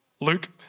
Luke